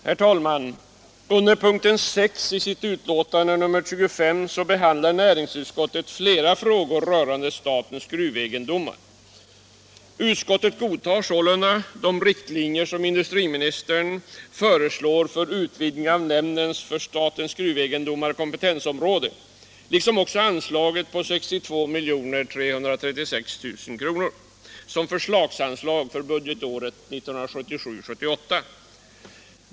Herr talman! Under punkten 6 i betänkandet 25 behandlar näringsutskottet flera frågor rörande statens gruvegendomar. Utskottet godtar sålunda de riktlinjer industriministern föreslår för utvidgning av nämndens för statens gruvegendomar kompetensområde, liksom också anslaget på 62 336 000 kr. som försöksanslag för budgetåret 1977/78.